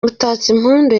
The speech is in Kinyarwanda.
mutatsimpundu